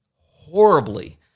horribly